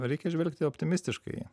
reikia žvelgti optimistiškai